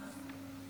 תודה.